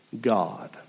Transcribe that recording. God